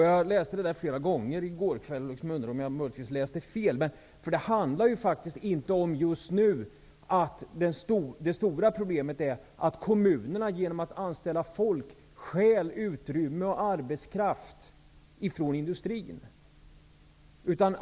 Jag läste detta flera gånger i går kväll och undrade om jag möjligtvis läste fel. Det stora problemet just nu är inte att kommunerna genom att anställa folk stjäl utrymme och arbetskraft från industrin.